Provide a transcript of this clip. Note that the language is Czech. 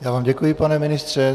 Já vám děkuji, pane ministře.